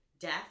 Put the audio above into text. death